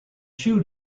shoe